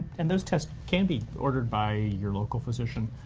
and those tests can be ordered by your local physician.